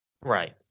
Right